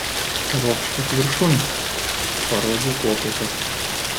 ropškis viršun parodžiau kopėčias